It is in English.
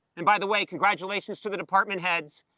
and by the way, congratulations to the department heads,